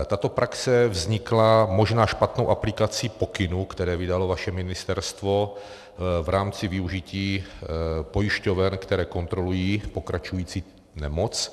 Tato praxe vznikla možná špatnou aplikací pokynů, které vydalo vaše ministerstvo v rámci využití pojišťoven, které kontrolují pokračující nemoc.